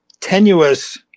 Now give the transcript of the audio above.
tenuous